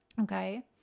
Okay